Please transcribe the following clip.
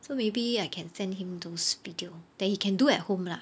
so maybe I can send him those video that he can do at home lah